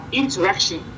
interaction